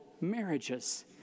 marriages